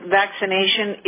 vaccination